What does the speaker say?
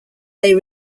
they